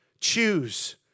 choose